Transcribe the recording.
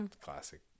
classic